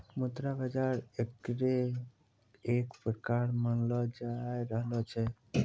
मुद्रा बाजार एकरे एक प्रकार मानलो जाय रहलो छै